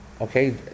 Okay